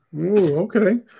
Okay